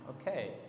okay